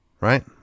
Right